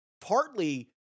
partly